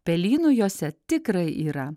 pelynų jose tikrai yra